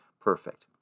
perfect